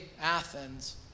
Athens